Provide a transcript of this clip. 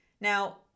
Now